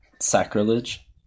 Sacrilege